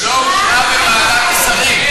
לא אושרה בוועדת השרים.